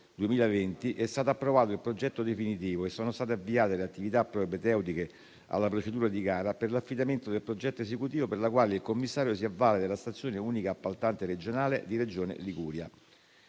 2020 è stato approvato il progetto definitivo e sono state avviate le attività propedeutiche alla procedura di gara per l'affidamento del progetto esecutivo, per la quale il commissario si avvale della stazione unica appaltante regionale di Regione Liguria.